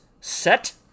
set